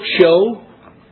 show